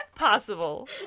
possible